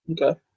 Okay